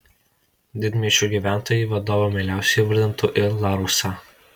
didmiesčių gyventojai vadovu mieliausiai įvardintų i laursą